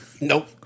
Nope